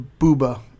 booba